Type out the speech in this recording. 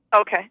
Okay